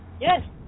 Yes